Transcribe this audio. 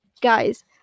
Guys